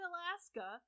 Alaska